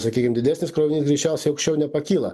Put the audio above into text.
sakykim didesnis krovinys greičiausiai aukščiau nepakyla